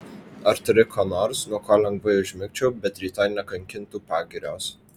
ar turi ko nors nuo ko lengvai užmigčiau bet rytoj nekankintų pagirios